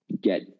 get